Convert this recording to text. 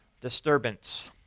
disturbance